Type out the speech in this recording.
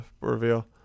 reveal